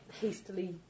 hastily